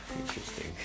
interesting